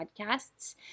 podcasts